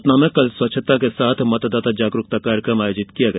सतना में कल स्वच्छता के साथ मतदाता जागरूकता कार्यक्रम आयोजित किया गया